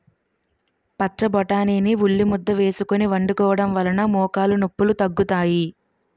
పచ్చబొటాని ని ఉల్లిముద్ద వేసుకొని వండుకోవడం వలన మోకాలు నొప్పిలు తగ్గుతాయి